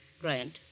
Grant